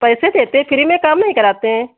पैसे देते हैं फ्री में काम नहीं कराते हैं